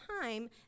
time